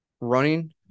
running